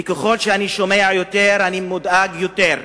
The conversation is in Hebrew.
וככל שאני שומע יותר אני מודאג יותר.